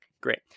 Great